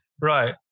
right